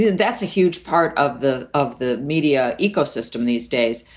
that's a huge part of the of the media ecosystem these days.